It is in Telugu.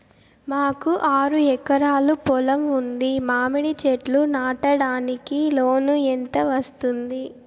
మాకు ఆరు ఎకరాలు పొలం ఉంది, మామిడి చెట్లు నాటడానికి లోను ఎంత వస్తుంది?